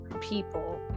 people